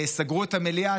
סגרו את המליאה,